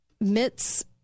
Mitt's